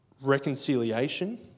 reconciliation